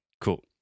Cool